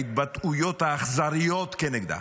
ההתבטאויות האכזריות כנגדה,